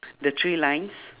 the three lines